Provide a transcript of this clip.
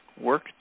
work